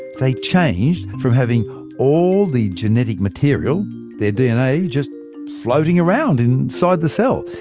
they changed from having all the genetic material their dna just floating around inside the cell.